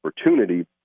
opportunity